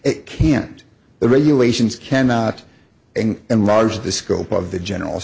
it can't the regulations cannot and large the scope of the general